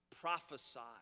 prophesied